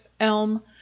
elm